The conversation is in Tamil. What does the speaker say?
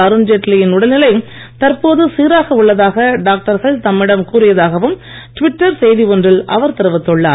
அருண்ஜேட்லியின் உடல்நிலை தற்போது சீராக உள்ளதாக டாக்டர்கள் தம்மிடம் கூறியதாகவும் ட்விட்டர் செய்தி ஒன்றில் அவர் தெரிவித்துள்ளார்